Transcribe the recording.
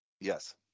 Yes